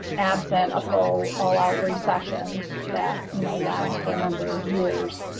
absent a full all out recession that, you know, lasts for a number of years.